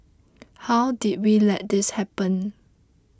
how did we let this happen